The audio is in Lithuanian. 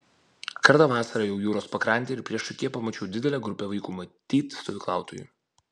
kartą vasarą ėjau jūros pakrante ir priešakyje pamačiau didelę grupę vaikų matyt stovyklautojų